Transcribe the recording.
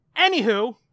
Anywho